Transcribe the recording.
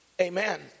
Amen